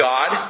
God